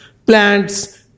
plants